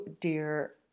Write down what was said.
dear